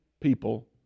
people